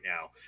now